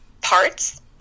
parts